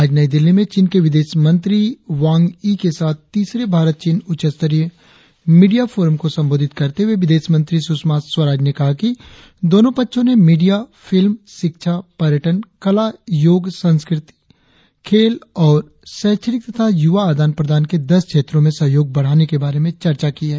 आज नई दिल्ली में चीन के विदेशमंत्री वांग यी के साथ तीसरे भारत चीन उच्च स्तरीय मीडिया फोरम को संबोधित करते हुए विदेशमंत्री सुषमा स्वराज ने कहा कि दोनो पक्षों ने मीडिया फिल्म शिक्षा पर्यटन कला योग संस्कृति खेल और शैक्षणिक तथा यूवा आदान प्रदान के दस क्षेत्रों में सहयोग बढ़ाने के बारे में चर्चा की है